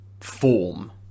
form